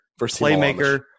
playmaker